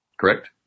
correct